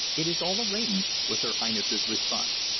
it is all arranged, was her highness's response.